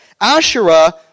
Asherah